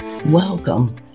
Welcome